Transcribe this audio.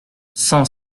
cent